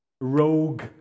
rogue